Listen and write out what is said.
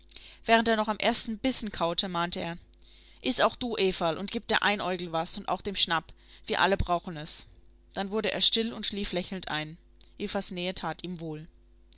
während er noch am ersten bissen kaute mahnte er iß auch du everl und gib der einäugel was und auch dem schnapp wir alle brauchen es dann wurde er still und schlief lächelnd ein evas nähe tat ihm wohl